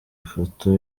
ifoto